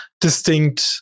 distinct